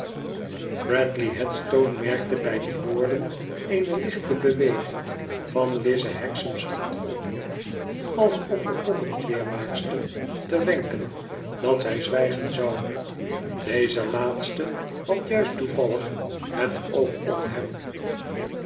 bradley headstone merkte bij die woorden eene lichte beweging van iizehexam s hand op als om de poppenkleermaakster te wenken dat zij zwijgen zou deze laatste had juist toevallig het oog op hem